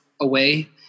away